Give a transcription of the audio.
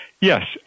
Yes